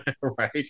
Right